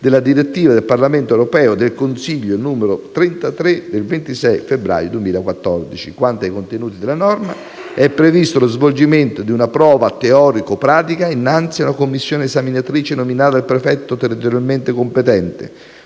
della direttiva del Parlamento europeo e del Consiglio n. 33 del 26 febbraio 2014. Quanto ai contenuti della norma, è previsto lo svolgimento di una prova teorico-pratica innanzi a una commissione esaminatrice nominata dal prefetto territorialmente competente,